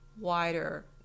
wider